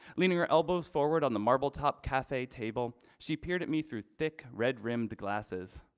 leaning her elbows forward on the marble top cafe table. she appeared at me through thick red rimmed glasses.